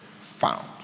found